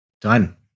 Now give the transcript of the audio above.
Done